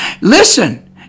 Listen